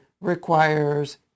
requires